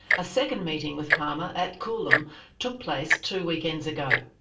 a second meeting with palmer at coolum took place two weekends ago.